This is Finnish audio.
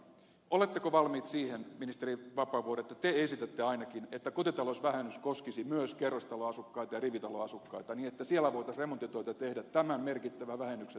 oletteko valmiit siihen ministeri vapaavuori että te esitätte ainakin että kotitalousvähennys koskisi myös kerrostaloasukkaita ja rivitaloasukkaita niin että siellä voitaisiin remonttitöitä tehdä tämän merkittävän vähennyksen turvin